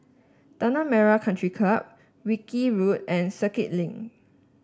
Tanah Merah Country Club Wilkie Road and Circuit Link